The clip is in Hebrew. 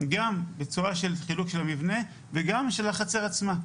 גם בצורה של חילוק המבנה וגם בצורה של החצר עצמה.